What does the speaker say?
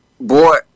Boy